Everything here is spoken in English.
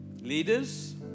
Leaders